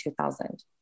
2000